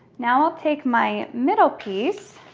now, i'll take my middle piece